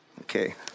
okay